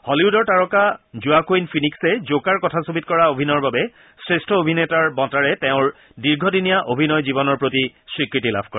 হলীউডৰ তাৰকা Joaquin Phoenix Joker ছবিখনত কৰা অভিনয়ৰ বাবে শ্ৰেষ্ঠ অভিনেতাৰ বঁটাৰে তেওঁৰ দীৰদিনীয়া অভিনয় জীৱনৰ প্ৰতি স্বীকৃতি লাভ কৰে